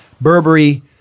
Burberry